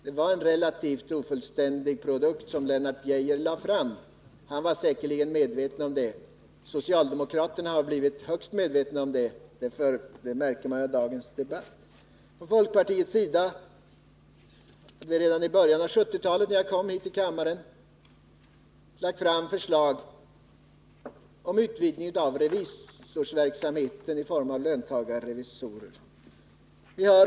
Den produkt som Lennart Geijer lade fram var relativt ofullständig. Han var säkerligen också medveten om det, och socialdemokraterna har blivit högst medvetna om det —- det märker man av dagens debatt. Redan i början av 1970-talet, när jag kom hit till riksdagen, lade folkpartiet fram förslag om utvidgning av revisorsverksamheten i form av löntagarrevisorer.